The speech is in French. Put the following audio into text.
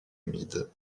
humides